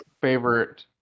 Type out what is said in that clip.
favorite